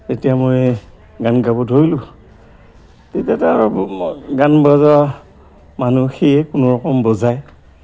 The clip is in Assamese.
যেতিয়া মই গান গাব ধৰিলোঁ তেতিয়া তাৰ গান বজোৱা মানুহ সেয়ে কোনো ৰকম বজায়